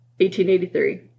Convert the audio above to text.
1883